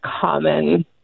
common